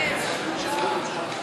לא מתרגש.